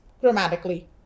grammatically